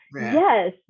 yes